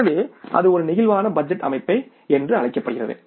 எனவே அது ஒரு பிளேக்சிபிள் பட்ஜெட் அமைப்பு என்று அழைக்கப்படுகிறது